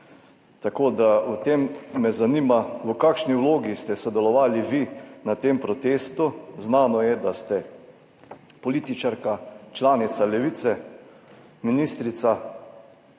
Tako da me zanima: V kakšni vlogi ste sodelovali na tem protestu? Znano je, da ste političarka, članica Levice, ministrica.